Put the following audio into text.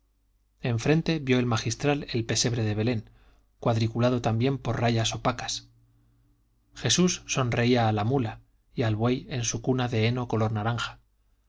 en frente vio el magistral el pesebre de belén cuadriculado también por rayas opacas jesús sonreía a la mula y al buey en su cuna de heno color naranja